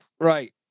right